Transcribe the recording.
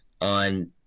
on